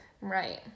Right